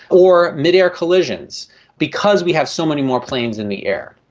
or mid-air collisions because we have so many more planes in the air.